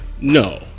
No